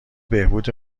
بهبود